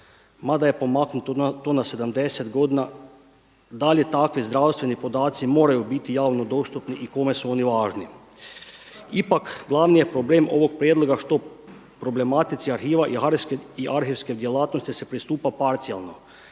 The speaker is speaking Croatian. mada je pomaknuto to na 70 godina, da li takvi zdravstveni podaci moraju biti javno dostupni i kome su oni važni? Ipak glavni je problem ovog prijedloga problematici arhiva i arhivskoj djelatnosti se pristupa parcijalno